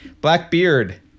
Blackbeard